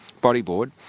bodyboard